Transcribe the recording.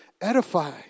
edify